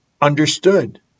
understood